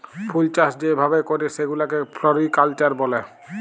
ফুলচাষ যে ভাবে ক্যরে সেগুলাকে ফ্লরিকালচার ব্যলে